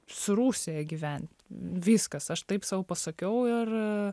su rusija gyvent viskas aš taip sau pasakiau ir